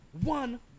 One